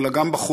אלא גם בחוץ,